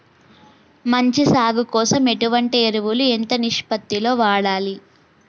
మంచి సాగు కోసం ఎటువంటి ఎరువులు ఎంత నిష్పత్తి లో వాడాలి?